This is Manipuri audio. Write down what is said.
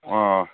ꯑꯥ